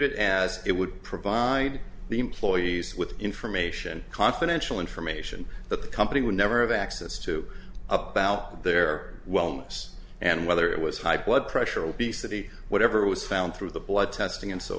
it as it would provide the employees with information confidential information that the company would never have access to up about their wellness and whether it was hype what pressure will be citi whatever was found through the blood testing and so